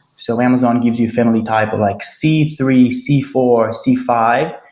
so amazon gives you family type of like c three, c four, c five,